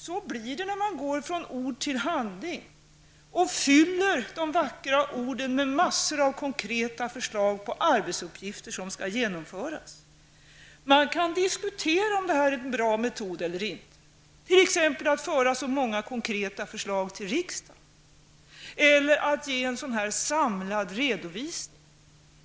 Så blir det när man går från ord till handling och fyller de vackra orden med massor av konkreta förslag på arbetsuppgifter som skall genomföras. Man kan diskutera om detta är en bra metod eller är det inte, t.ex. att föra så många konkreta förslag till riksdagen eller att ge en sådan här samlad redovisning.